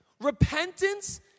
repentance